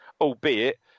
albeit